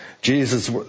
Jesus